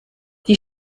die